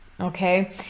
okay